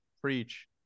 preach